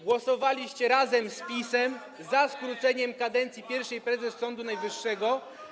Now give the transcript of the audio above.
Głosowaliście razem z PiS-em za skróceniem kadencji pierwszej prezes Sądu Najwyższego.